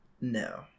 No